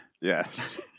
Yes